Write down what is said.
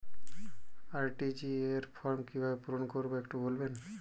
RTGS form কিভাবে পূরণ করবো একটু বলবেন?